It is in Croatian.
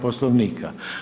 Poslovnika.